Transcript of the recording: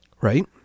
Right